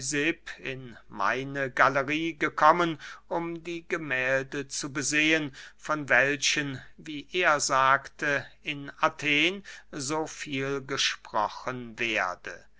in meine gallerie gekommen um die gemählde zu besehen von welchen wie er sagte in athen so viel gesprochen werde